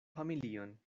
familion